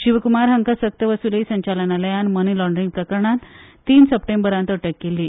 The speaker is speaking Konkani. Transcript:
शिवकुमार हाका सक्त वसुली संचालनालयान मनी लाँडरींग प्रकरणांत तीन सप्टेंबरांत अटक केल्ली